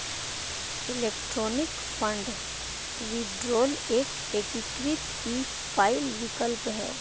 electronic fund withdrawal एक एकीकृत e file विकल्प है